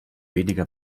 weniger